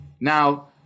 Now